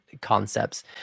concepts